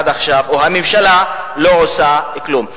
עד עכשיו לא עושה כלום.